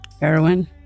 heroin